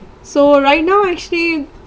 so right now actually